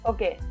Okay